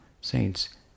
saints